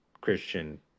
Christian